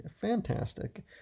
Fantastic